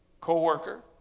co-worker